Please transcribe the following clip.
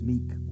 Meek